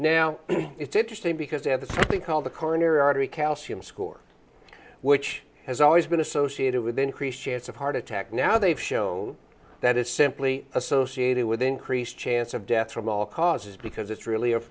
now it's interesting because they have to call the corner artery calcium score which has always been associated with increased chance of heart attack now they've shown that it's simply associated with increased chance of death from all causes because it's really a